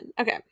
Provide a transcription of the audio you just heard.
Okay